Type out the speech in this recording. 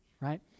right